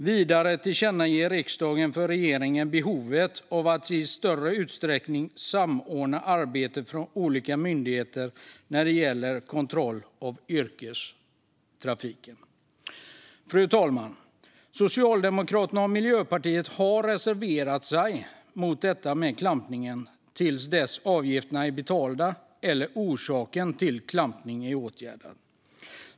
Vidare tillkännager riksdagen för regeringen behovet av att i större utsträckning samordna arbetet från olika myndigheter när det gäller kontroll av yrkestrafiken." Fru talman! Socialdemokraterna och Miljöpartiet har reserverat sig mot detta med klampning till dess att avgifterna är betalda eller orsaken till klampning åtgärdad.